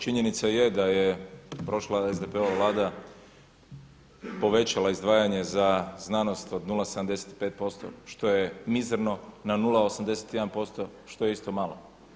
Činjenica je da je prošla SDP-ova vlada povećala izdvajanje za znanost od 0,75% što je mizerno na 0,81% što je isto malo.